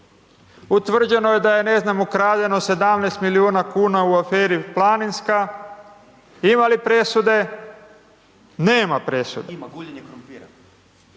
Utvrđeno je da je ne znam ukradeno 17 milijuna kn u aferi Planinska, ima li presude? Nema presude.